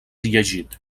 llegit